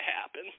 happen